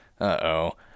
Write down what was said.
uh-oh